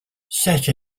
set